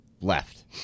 left